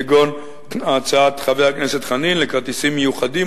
כגון הצעת חבר הכנסת חנין לכרטיסים מיוחדים,